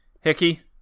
Hickey